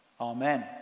Amen